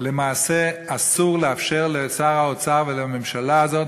למעשה אסור לאפשר לשר האוצר ולממשלה הזאת